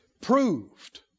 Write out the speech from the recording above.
Proved